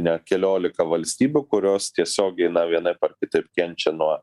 ne keliolika valstybių kurios tiesiogiai na vienaip ar kitaip kenčia nuo